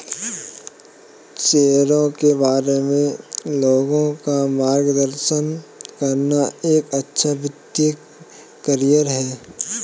शेयरों के बारे में लोगों का मार्गदर्शन करना एक अच्छा वित्तीय करियर है